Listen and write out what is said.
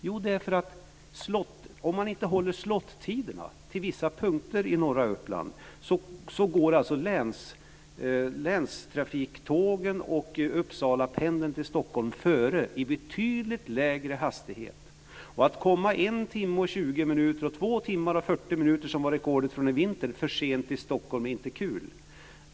Jo, om man inte håller slot-tiderna till vissa punkter i norra Uppland går länstrafiktågen och Uppsalapendeln till Stockholm före i betydligt lägre hastighet. Att komma 1 timma och 20 minuter, eller rekordet från i vintras på 2 timmar och 40 minuter, för sent till Stockholm är inte kul.